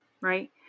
right